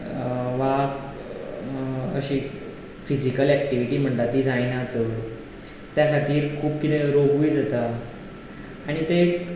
वा अशी physical activity म्हणटा ती जायना चड त्या खातीर खूब कितें रोगूय जाता आनी ते